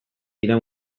dira